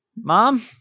Mom